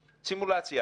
סימולציה.